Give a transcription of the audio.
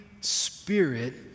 spirit